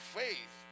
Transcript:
faith